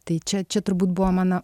tai čia čia turbūt buvo mano